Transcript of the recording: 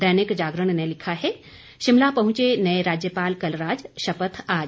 दैनिक जागरण ने लिखा है शिमला पहुंचे नए राज्यपाल कलराज शपथ आज